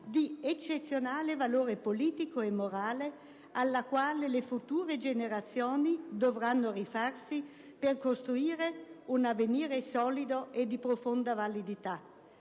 di eccezionale valore politico e morale alla quale le future generazioni dovranno rifarsi per costruire un avvenire solido e di profonda validità».